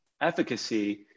Efficacy